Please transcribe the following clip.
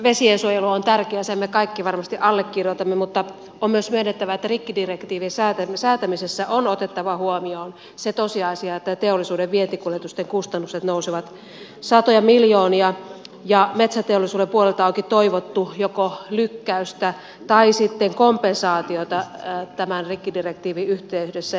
vesiensuojelu on tärkeää sen me kaikki varmasti allekirjoitamme mutta on myös myönnettävä että rikkidirektiivin säätämisessä on otettava huomioon se tosiasia että teollisuuden vientikuljetusten kustannukset nousevat satoja miljoonia ja metsäteollisuuden puolelta onkin toivottu joko lykkäystä tai kompensaatiota tämän rikkidirektiivin yhteydessä